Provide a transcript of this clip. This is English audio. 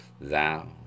Thou